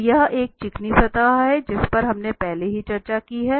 तो यह एक चिकनी सतह है जिस पर हमने पहले ही चर्चा की है